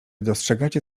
dostrzegacie